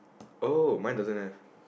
oh my doesn't have